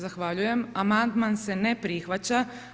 Zahvaljujem amandman se ne prihvaća.